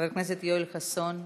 חבר הכנסת יואל חסון,